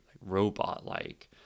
robot-like